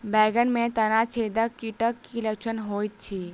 बैंगन मे तना छेदक कीटक की लक्षण होइत अछि?